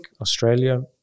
Australia